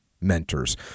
mentors